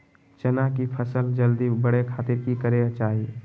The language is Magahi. चना की फसल जल्दी बड़े खातिर की करे के चाही?